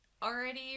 Already